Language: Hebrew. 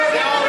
התשע"ה 2015,